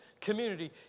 community